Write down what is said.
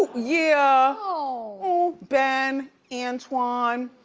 yeah. oh. ben, antoine.